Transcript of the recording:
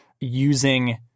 using